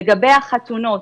לגבי החתונות,